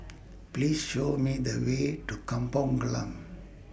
Please Show Me The Way to Kampong Glam